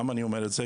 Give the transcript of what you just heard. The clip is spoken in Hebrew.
למה אני אומר את זה?